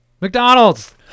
mcdonald's